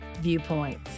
viewpoints